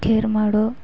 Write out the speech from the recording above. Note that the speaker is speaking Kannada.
ಕೇರ್ ಮಾಡೋ